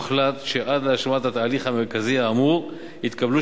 הוחלט שעד להשלמת התהליך המרכזי האמור יתקבלו